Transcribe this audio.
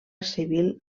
civil